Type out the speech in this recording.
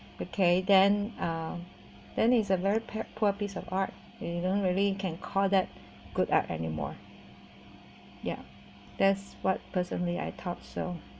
okay then um then is a very p~ poor piece of art you don't really can call that good art anymore ya that's what personally I thought so